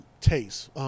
taste